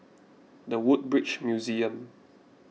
the Woodbridge Museum